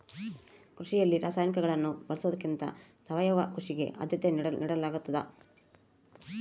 ಕೃಷಿಯಲ್ಲಿ ರಾಸಾಯನಿಕಗಳನ್ನು ಬಳಸೊದಕ್ಕಿಂತ ಸಾವಯವ ಕೃಷಿಗೆ ಆದ್ಯತೆ ನೇಡಲಾಗ್ತದ